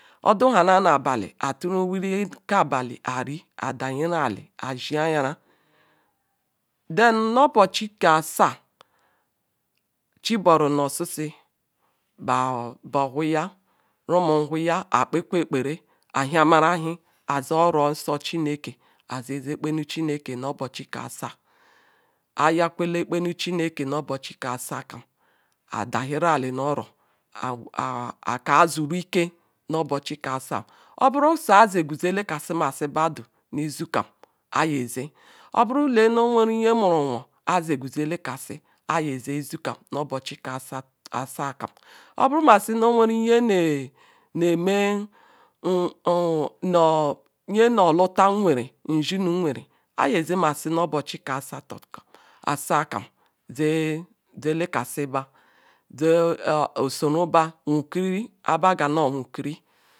Oduhana nah abali ayituru wuri keh abali iyiri ayidahero all ayi zhi ayira then noh obochi keh asah chiboro noh osisi bah ohuya rumu buya ayikpekwa ekpere ayi hamara ehi ayi zeh oro keh chineke ayi zeh ekpenu chimeke nu obochi kah asa ayakwene ekpenuchinere chineke keh obochi nkeh asah ayidahere ali noh oro ah ah ayikazuruike nu obochi kah asah oburu nu ayi zegasi they leknasi baduni izu kam ayi-ezeh oburu lee bu owere nye muru nwoh zebu zelekasi ayi-zeh zeh uzukam obosi kah asah kam oburu masi nrere nyene-emeh nyeno-luta nweri nzi nu nwere iyezemasi nu obochi kah asator asah kam zezeleka-si bah bah isoro bah nkiri nhebaga noh owu nkliri